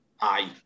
Aye